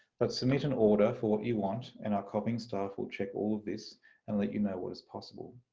but submit an order for what you want and our copying staff will check all of this and let you know what is possible.